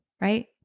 right